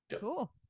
cool